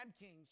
kings